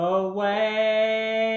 away